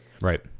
right